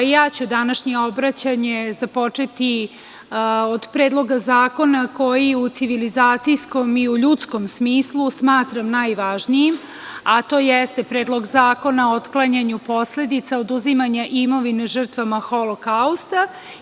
Ja ću današnje obraćanje započeti od Predloga zakona koji u civilizacijskom i ljudskom smislu smatram najvažnijim, a to jeste Predlog zakona o otklanjanju posledica oduzimanja imovine žrtvama holokausta.